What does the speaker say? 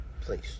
Please